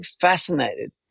fascinated